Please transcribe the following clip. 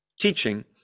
teaching